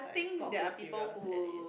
it's not so serious that it is